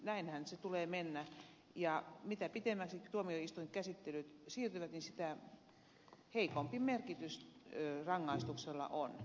näinhän sen tulee mennä ja mitä pitemmäksi tuomioistuinkäsittelyt siirtyvät niin sitä heikompi merkitys rangaistuksella on